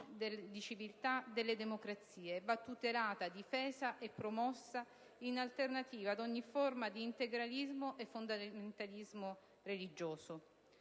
di civiltà delle democrazie e va tutelata, difesa e promossa in alternativa ad ogni forma di integralismo e fondamentalismo religioso.